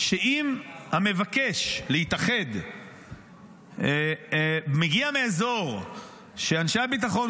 שאם המבקש להתאחד מגיע מאזור שאנשי הביטחון,